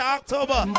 October